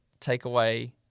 takeaway